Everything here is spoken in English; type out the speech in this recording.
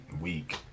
week